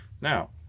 Now